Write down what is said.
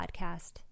podcast